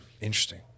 Interesting